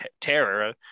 terror